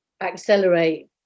accelerate